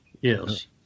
yes